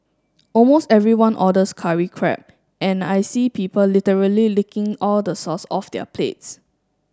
almost everyone orders curry crab and I see people literally licking all the sauce off their plates